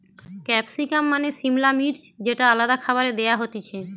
capsicum মানে সিমলা মির্চ যেটা আলাদা খাবারে দেয়া হতিছে